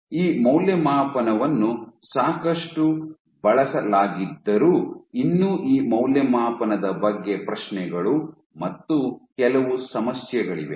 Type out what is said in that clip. ಈ ಮೌಲ್ಯಮಾಪನವನ್ನು ಸಾಕಷ್ಟು ಬಳಸಲಾಗಿದ್ದರೂ ಇನ್ನೂ ಈ ಮೌಲ್ಯಮಾಪನದ ಬಗ್ಗೆ ಪ್ರಶ್ನೆಗಳು ಮತ್ತು ಕೆಲವು ಸಮಸ್ಯೆಗಳಿವೆ